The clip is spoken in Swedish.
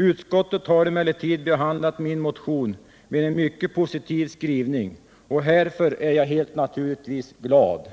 Utskottet har emellertid behandlat min motion med en mycket positiv skrivning, och härför är jag helt naturligt glad.